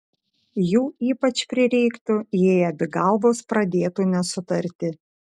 jų ypač prireiktų jei abi galvos pradėtų nesutarti